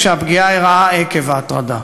שהפגיעה אירעה עקב ההטרדה.